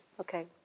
Okay